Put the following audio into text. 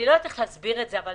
אני לא יודעת איך להסביר את זה אבל